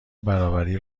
برابری